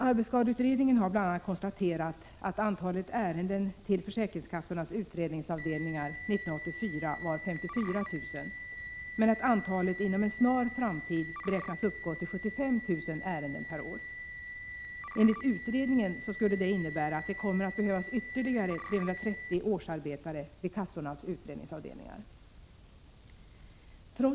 Arbetsskadeutredningen har bl.a. konstaterat att antalet ärenden till försäkringskassornas utredningsavdelningar 1984 var 54 000 men att antalet inom en snar framtid beräknas uppgå till 75 000 per år. Enligt utredningen skulle det innebära att det kommer att behövas ytterligare 330 årsarbetare vid kassornas utredningsavdelningar.